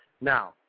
Now